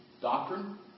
Doctrine